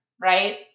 right